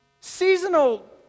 Seasonal